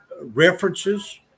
references